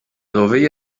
dovella